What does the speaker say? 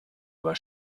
aber